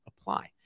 apply